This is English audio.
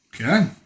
Okay